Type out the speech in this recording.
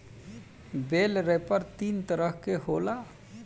बेल wrapper तीन तरह के होला